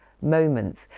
moments